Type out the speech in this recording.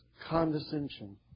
condescension